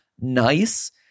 nice